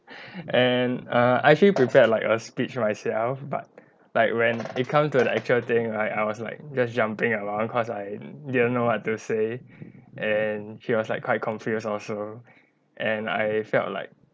and err I actually prepared like a speech myself but like when it comes to the actual thing I I was like just jumping around cause I didn't know what to say and she was like quite confused also and I felt like